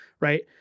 Right